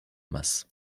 masse